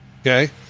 okay